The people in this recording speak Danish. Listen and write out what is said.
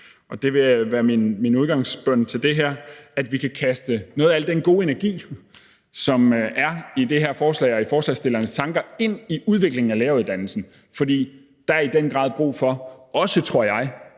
og det vil være min udgangsbøn til det her – at vi kan kaste noget af al den gode energi, som er i det her forslag og i forslagsstillernes tanker, ind i udviklingen af læreruddannelsen, fordi der i den grad også er brug for, tror jeg,